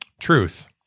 truth